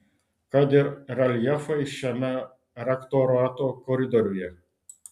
kad ir reljefai šiame rektorato koridoriuje